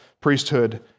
priesthood